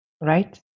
Right